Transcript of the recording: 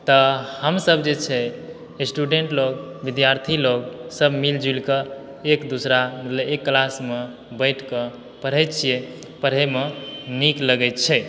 तऽ हमसभ जे छै स्टूडेन्ट लोग विद्यार्थी लोगसभ मिल जुलिके एकदूसरा एक क्लासमे बैठके पढ़ैत छियै पढ़यमऽ नीक लगैत छै